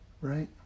Right